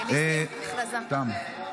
לי "תסתמי את הפה".